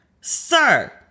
sir